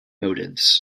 motives